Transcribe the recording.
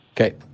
Okay